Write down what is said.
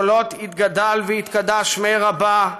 קולות 'יתגדל ויתקדש שמיה רבא'